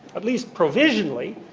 at least provisionally,